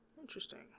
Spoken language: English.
Interesting